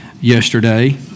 yesterday